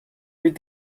read